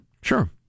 Sure